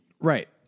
Right